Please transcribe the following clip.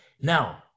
Now